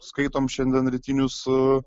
skaitom šiandien rytinius